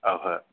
ओहो